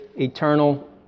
eternal